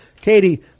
Katie